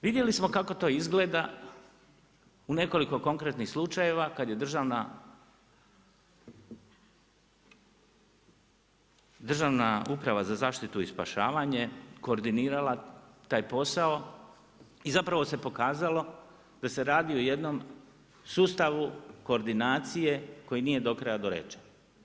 Vidjeli smo kako to izgleda u nekoliko konkretnim slučajeva kad je Državna uprava za zaštitu i spašavanje koordinirala taj posao i zapravo se pokazalo da se radi o jednom sustavu koordinacije koji nije do kraja dorečen.